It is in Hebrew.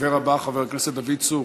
הדובר הבא, חבר הכנסת דוד צור.